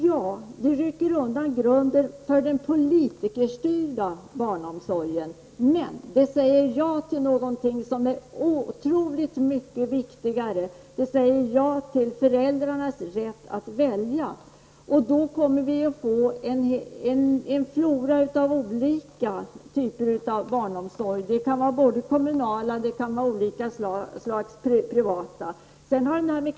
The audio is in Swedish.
Ja, det rycker undan grunden för den politikerstyrda barnomsorgen. Men det säger ja till något som är otroligt mycket viktigare, nämligen ja till föräldrarnas rätt att välja. Då kommer vi att få en flora av olika typer av barnomsorg. Det kan vara kommunal barnomsorg eller olika slag av privata alternativ.